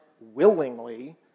willingly